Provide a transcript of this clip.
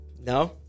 No